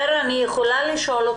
ח'יר, יש לי שאלה.